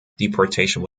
deportation